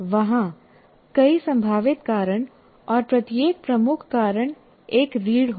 वहां कई संभावित कारण और प्रत्येक प्रमुख कारण एक रीढ़ होगी